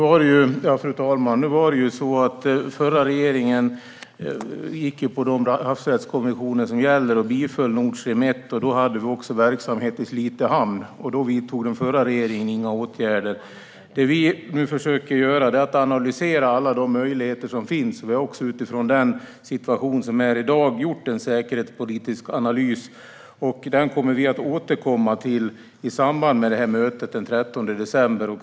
Fru talman! Förra regeringen följde gällande havsrättskonvention och biföll Nord Stream 1. Då var det också verksamhet i Slite hamn. Då vidtog den förra regeringen inga åtgärder. Det vi försöker göra är att analysera alla de möjligheter som finns. Vi har också utifrån rådande situation i dag gjort en säkerhetspolitisk analys. Den kommer vi att återkomma till i samband med mötet den 13 december.